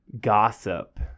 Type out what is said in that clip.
gossip